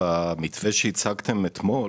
במתווה שהצגתם אתמול